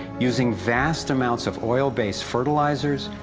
using vast amounts of oil-based fertilizers,